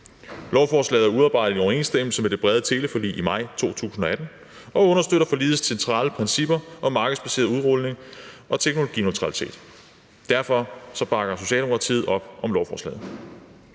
Lovforslaget er udarbejdet i overensstemmelse med det brede teleforlig fra maj 2018 og understøtter forligets centrale principper om markedsbaseret udrulning og teknologineutralitet. Derfor bakker Socialdemokratiet op om lovforslaget.